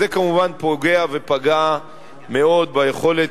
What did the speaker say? זה כמובן פוגע ופגע מאוד ביכולת,